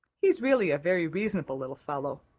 he's really a very reasonable little fellow.